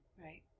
right